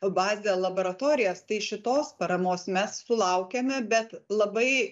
bazę laboratorijas tai šitos paramos mes sulaukėme bet labai